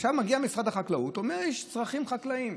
עכשיו מגיע משרד החקלאות ואומר שיש צרכים חקלאיים,